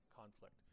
conflict